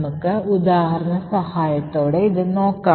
നമുക്ക് ഉദാഹരണ സഹായത്തോടെ ഇത് നോക്കാം